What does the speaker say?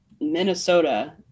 Minnesota